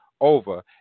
over